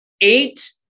eight